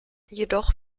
jedoch